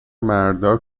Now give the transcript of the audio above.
مردا